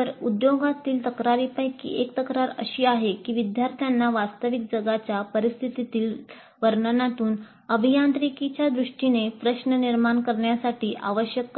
तर उद्योगांमधील तक्रारींपैकी एक तक्रार अशी आहे की विद्यार्थ्यांना वास्तविक जगाच्या परिस्थितीतील वर्णनातून अभियांत्रिकीच्या दृष्टीने प्रश्न निर्माण करण्यासाठी आवश्यक